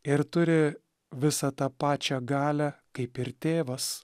ir turi visą tą pačią galią kaip ir tėvas